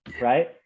right